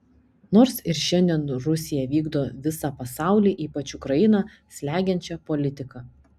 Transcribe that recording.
nors ir šiandien rusija vykdo visą pasaulį ypač ukrainą slegiančią politiką